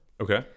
Okay